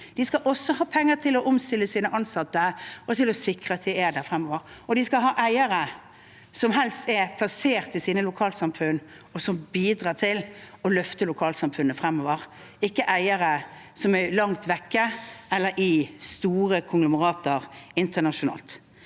de skal også ha penger til å omstille sine ansatte og til å sikre at de er der fremover. De skal ha eiere som helst er plassert i sine lokalsamfunn, og som bidrar til å løfte lokalsamfunnet fremover – ikke eiere som er langt vekk eller i store konglomerater internasjonalt.